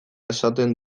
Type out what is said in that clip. esaten